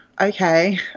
okay